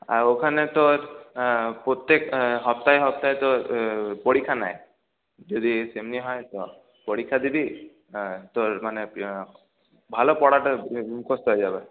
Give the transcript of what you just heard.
আর ওখানে তোর প্রত্যেক হপ্তায় হপ্তায় তোর পরীক্ষা নেয় যদি তেমনি হয় তো পরীক্ষা দিবি তোর মানে ভালো পড়াটা মুখস্ত হয়ে যাবে